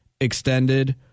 extended